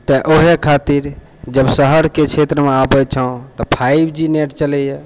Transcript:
तऽ ओहे खातिर जब शहरके क्षेत्रमे आबै छौँ तऽ फाइव जी नेट चलैए